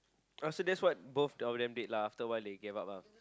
oh so that's what both of them date lah after awhile they gave up lah